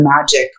magic